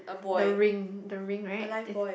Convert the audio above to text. the ring the ring right